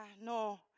no